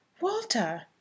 Walter